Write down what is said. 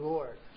Lord